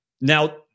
Now